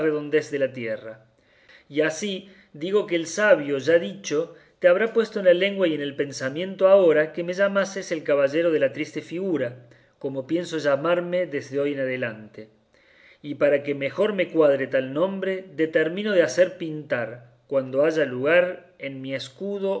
de la tierra y así digo que el sabio ya dicho te habrá puesto en la lengua y en el pensamiento ahora que me llamases el caballero de la triste figura como pienso llamarme desde hoy en adelante y para que mejor me cuadre tal nombre determino de hacer pintar cuando haya lugar en mi escudo